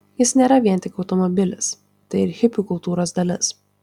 jis nėra vien tik automobilis tai ir hipių kultūros dalis